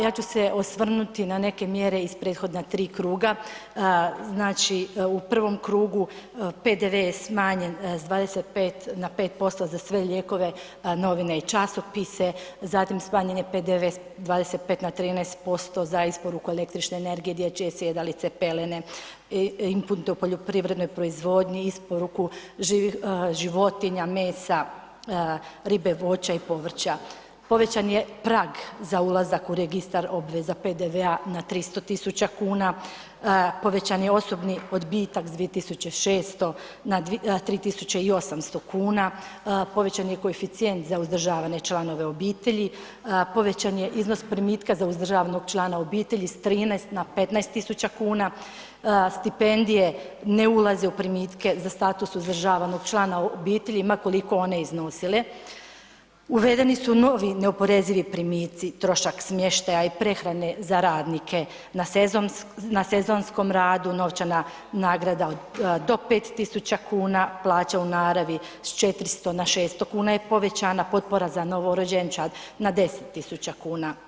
Ja ću se osvrnuti na neke mjere iz prethodna 3 kruga, znači u prvom krugu PDV je smanjen s 25 na 5% za sve lijekove, novine i časopise, zatim smanjen je PDV s 25 na 13% za isporuku električne energije, dječje sjedalice, pelene i … [[Govornik se ne razumije]] u poljoprivrednoj proizvodnji, isporuku životinja, mesa, ribe, voća i povrća, povećan je prag za ulazak u registar obveza PDV na 300.000,00 kn, povećan je osobni odbitak s 2.600,00 na 3.800,00 kn, povećan je koeficijent za uzdržavane članove obitelji, povećan je iznos primitka za uzdržavanog člana obitelji s 13 na 15.000,00 kn, stipendije ne ulaze u primitke za status uzdržavanog člana obitelji ma koliko one iznosile, uvedeni su novi neoporezivi primici, trošak smještaja i prehrane za radnike na sezonskom radu, novčana nagrada do 5.000,00 kn, plaća u naravi s 400 na 600,00 kn je povećana, potpora za novorođenčad na 10.000,00 kn.